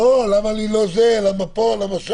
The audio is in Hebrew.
למה פה, למה שם.